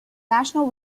national